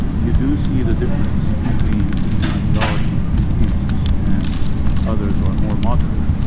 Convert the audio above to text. you do see the difference between different ideologies of extremists and others who are more moderate.